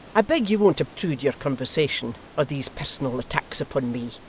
i beg you won't obtrude your conversation, or these personal attacks, upon me.